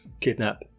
kidnap